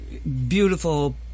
beautiful